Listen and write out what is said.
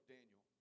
Daniel